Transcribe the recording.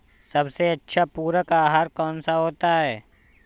सबसे अच्छा पूरक आहार कौन सा होता है?